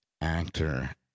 actor